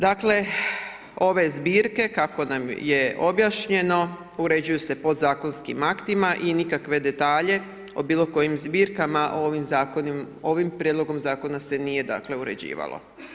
Dakle ove zbirke kako nam je objašnjeno uređuju se podzakonskim aktima i nikakve detalje o bilo kojim zbirkama ovim prijedlogom zakona se nije dakle uređivalo.